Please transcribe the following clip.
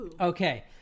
Okay